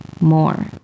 more